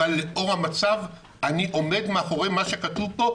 אבל לאור המצב אני עומד מאחורי מה שכתוב פה,